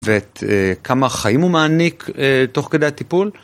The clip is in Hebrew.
ואת כמה חיים הוא מעניק תוך כדי הטיפול.